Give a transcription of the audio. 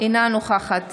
אינה נוכחת